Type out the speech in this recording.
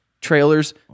Trailers